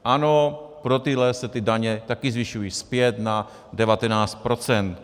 Ano, pro tyhle se ty daně taky zvyšují zpět na 19 %.